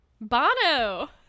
Bono